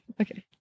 okay